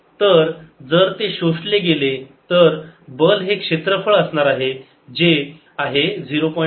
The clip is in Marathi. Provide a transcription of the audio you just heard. तर जर ते शोषले गेले तर बल हे क्षेत्रफळ असणार आहे जे आहे 0